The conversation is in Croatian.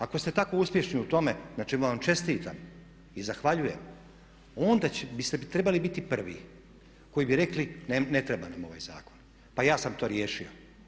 Ako ste tako uspješni u tome na čemu vam čestitam i zahvaljujem, onda biste trebali biti prvi koji bi rekli ne treba nam ovaj zakon, pa ja sam to riješio.